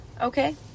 Okay